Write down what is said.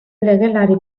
legelari